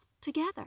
together